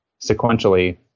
sequentially